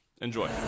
Enjoy